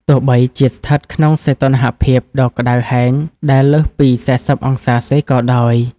ទោះបីជាស្ថិតក្នុងសីតុណ្ហភាពដ៏ក្ដៅហែងដែលលើសពី ៤០ អង្សាសេក៏ដោយ។